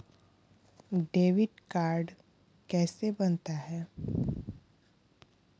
Debit card कैसे बनता है?